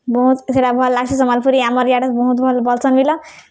ବହୁତ୍ ସେଟା ଭଲ୍ ଲାଗ୍ସି ସମ୍ବଲପୁରୀ ଆମର୍ ଇଆଡ଼େ ବହୁତ୍ ଭଲ୍ ବଲସନ୍ ମିଳିଲ